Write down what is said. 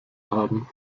haben